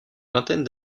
vingtaine